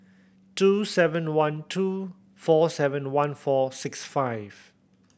two seven one two four seven one four six five